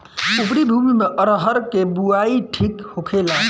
उपरी भूमी में अरहर के बुआई ठीक होखेला?